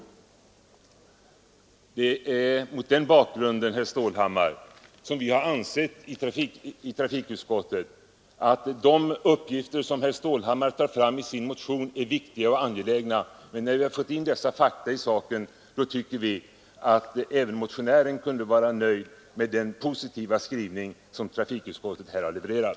Det är mot den bakgrunden, herr Stålhammar, som vi i trafikutskottet har ansett att uppgifterna i herr Stålhammars motion är viktiga och angelägna. Mot bakgrund av de fakta i frågan som utskottet redovisat tycker vi att också motionären kan vara nöjd med den positiva skrivning som trafikutskottet här har gjort.